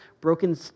broken